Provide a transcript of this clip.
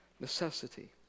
necessity